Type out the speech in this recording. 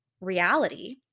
reality